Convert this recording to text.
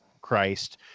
christ